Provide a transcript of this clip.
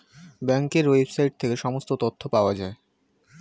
ব্যাঙ্কের ওয়েবসাইট থেকে সমস্ত তথ্য পাওয়া যায়